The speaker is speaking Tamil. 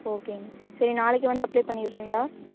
ஓகேங்க சரி நாளைக்கு வந்து அப்ளே பண்ணிடறீங்களா